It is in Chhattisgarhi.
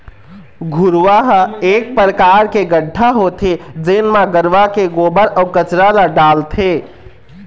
घुरूवा ह एक परकार के गड्ढ़ा होथे जेन म गरूवा के गोबर, अउ कचरा ल डालथे